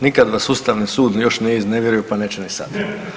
Nikad vas Ustavni sud još nije iznevjerio pa neće ni sad.